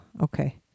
okay